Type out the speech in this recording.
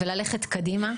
הצלחנו ללכת קדימה,